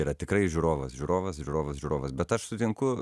yra tikrai žiūrovas žiūrovas žiūrovas žiūrovas bet aš sutinku